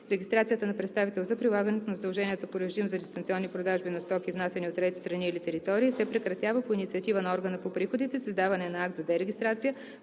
Регистрацията на представител за прилагането на задълженията по режим за дистанционни продажби на стоки, внасяни от трети страни или територии, се прекратява по инициатива на органа по приходите с издаване на акт за дерегистрация,